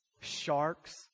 sharks